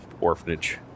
orphanage